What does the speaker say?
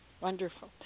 Wonderful